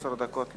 עשר דקות לרשותך.